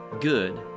good